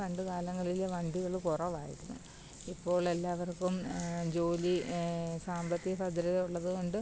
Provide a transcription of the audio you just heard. പണ്ട് കാലങ്ങളിൽ വണ്ടികൾ കുറവായിരുന്നു ഇപ്പോഴെല്ലാവർക്കും ജോലി സാമ്പത്തിക ഭദ്രതയുള്ളത് കൊണ്ട്